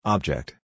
Object